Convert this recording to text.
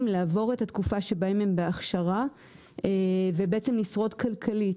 לעבור את התקופה שבה הם בהכשרה ובעצם לשרוד כלכלית,